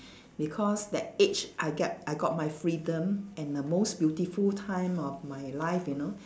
because that age I get I got my freedom and the most beautiful time of my life you know